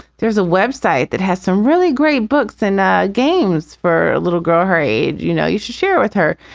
there's a website that has some really great books and games for a little girl her age. you know, you should share it with her.